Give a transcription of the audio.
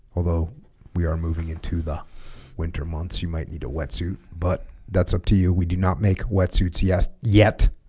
although we are moving into the winter months you might need a wetsuit but that's up to you we do not make wetsuits yes yet